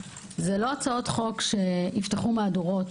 לא יפתחו מהדורות,